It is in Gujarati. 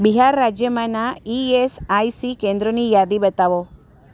બિહાર રાજ્યમાંનાં ઇ એસ આઇ સી કેન્દ્રોની યાદી બતાવો